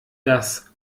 dass